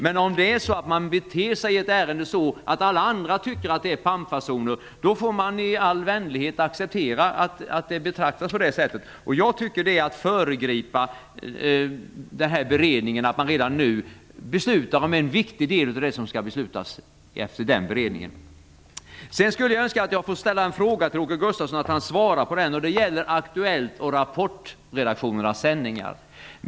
Men om man i ett ärende beter sig så att alla andra tycker att det är pampfasoner, då får man i all vänlighet acceptera att det betraktas på det sättet. Att redan nu fatta beslut om en viktig del av det som vi skall fatta beslut om efter beredningen, tycker jag är att föregripa den här beredningen. Jag skulle vilja ställa en fråga till Åke Gustavsson som jag önskar att han skall svara på. Det gäller Aktuellt och Rapportredaktionernas sändningar.